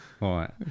Right